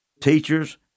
teachers